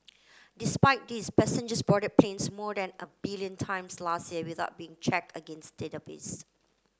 despite this passengers boarded planes more than a billion times last year without being checked against database